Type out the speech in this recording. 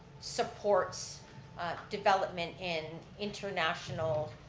supports development in international,